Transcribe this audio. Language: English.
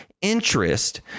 interest